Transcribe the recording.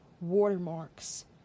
watermarks